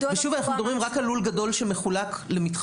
שוב, אנחנו מדברים רק על לול גדול שמחולק למתחמים.